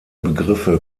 begriffe